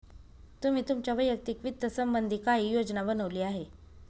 तुम्ही तुमच्या वैयक्तिक वित्त संबंधी काही योजना बनवली आहे का?